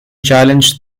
challenged